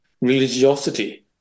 religiosity